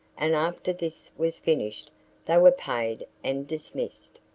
and after this was finished they were paid and dismissed.